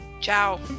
Ciao